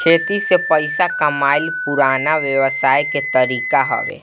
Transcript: खेती से पइसा कमाइल पुरान व्यवसाय के तरीका हवे